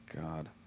god